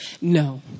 no